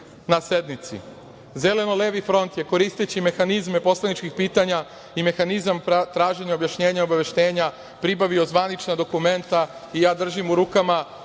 na sednici. Zeleno-levi front je koristeći mehanizme poslaničkih pitanja i mehanizam traženja objašnjenja i obaveštenja pribavio zvanična dokumenta i ja držim u rukama